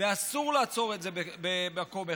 ואסור לעצור את זה במקום אחד.